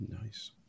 Nice